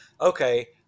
okay